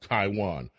Taiwan